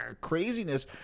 craziness